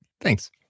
Thanks